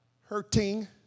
Hurting